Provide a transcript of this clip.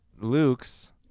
Luke's